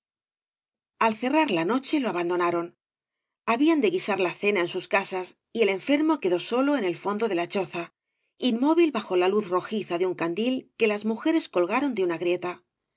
ai cerrar la noche lo abandogaron habían de guisar la ceiia en sus easaa y el enfermo queda dí en el fondo de la choza inmóvil bajo la luz rojiza de un candil que las mujeres colgaron d una grieta